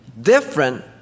different